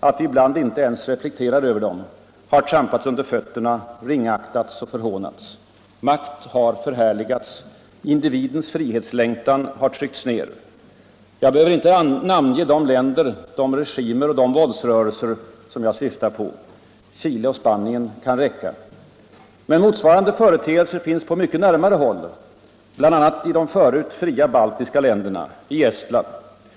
att vi ibland inte ens reflekterar över dem, har trampats under fötterna, ringaktats och förhånats. Makt har förhärligats. Individens frihetslängtan har tryckts ner. Jag behöver inte namnge de länder, de regimer och de våldsrörelser jag syftar på. Chile och Spanien kan räcka. Motsvarande företeelser finns på närmare håll, bl.a. i de förut fria baltiska länderna, i Estland.